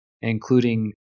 including